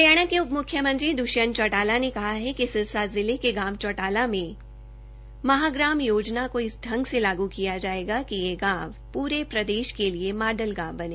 हरियाणा के उप मुख्यमंत्री द्वष्यंत चौटाला ने कहा है कि सिरसा जिला के गांव चौटाला में महाग्राम योजना को इस ढ़ंग से लागू किया जाएगा कि यह गांव पूरे प्रदेश के लिए मॉडल गांव बने